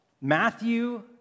Matthew